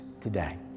today